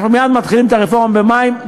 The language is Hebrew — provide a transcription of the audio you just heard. אנחנו מייד מתחילים את הרפורמה במים.